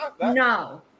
No